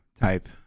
type